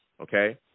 okay